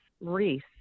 Reese